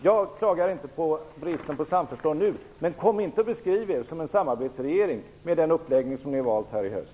Jag klagar inte på bristen på samförstånd nu, men ni skall inte beskriva er som en samarbetsregering, med den uppläggning som ni har valt här i höst.